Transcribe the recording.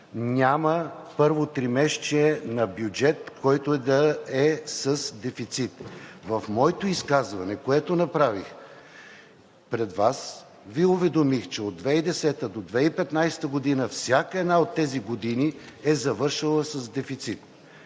няма първо тримесечие на бюджет, който да е с дефицит. В моето изказване, което направих пред Вас, Ви уведомих, че от 2010-а до 2015 г. всяка една от тези години е завършвала с дефицит.